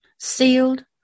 sealed